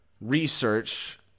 research